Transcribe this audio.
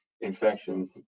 infections